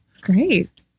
great